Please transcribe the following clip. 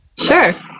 Sure